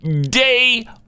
day